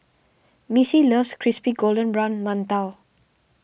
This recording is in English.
Missy loves Crispy Golden Brown Mantou